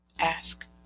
ask